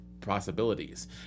possibilities